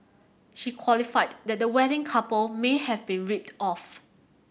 she qualified that the wedding couple may have been ripped off